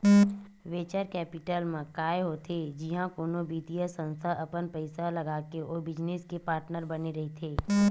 venture capital म काय होथे जिहाँ कोनो बित्तीय संस्था अपन पइसा लगाके ओ बिजनेस के पार्टनर बने रहिथे